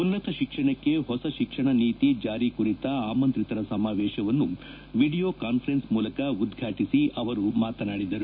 ಉನ್ನತ ಶಿಕ್ಷಣಕ್ಕೆ ಹೊಸ ಶಿಕ್ಷಣ ನೀತಿ ಜಾರಿ ಕುರಿತ ಆಮಂತ್ರಿತರ ಸಮಾವೇಶವನ್ನು ವೀಡಿಯೊ ಕಾಸ್ಪರೆನ್ಸ್ ಮೂಲಕ ಉದ್ರಾಟಿಸಿ ಅವರು ಮಾತನಾಡಿದರು